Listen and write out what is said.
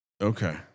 Okay